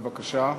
בבקשה.